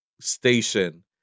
station